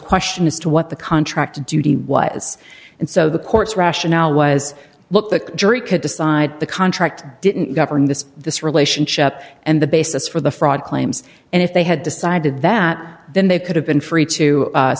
question as to what the contract duty was and so the courts rationale was look the jury could decide the contract didn't govern this this relationship and the basis for the fraud claims and if they had decided that then they could have been free to